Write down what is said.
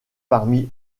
parmi